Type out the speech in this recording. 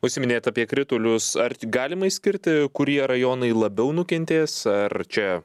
užsiminėt apie kritulius ar galima išskirti kurie rajonai labiau nukentės ar čia